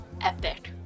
epic